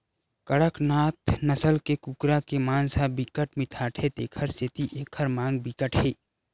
कड़कनाथ नसल के कुकरा के मांस ह बिकट मिठाथे तेखर सेती एखर मांग बिकट हे